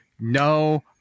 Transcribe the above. no